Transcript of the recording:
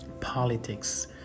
politics